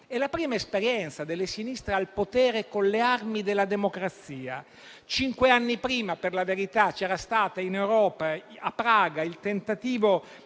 Era la prima esperienza delle sinistre al potere con le armi della democrazia: cinque anni prima, per la verità, c'era stato in Europa a Praga il tentativo